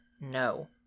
no